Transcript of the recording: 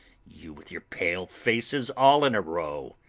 you with your pale faces all in a row,